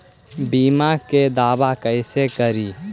बीमा के दावा कैसे करी?